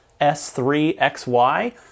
S3XY